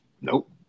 Nope